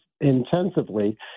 intensively